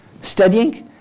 studying